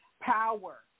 power